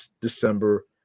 December